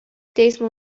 teismo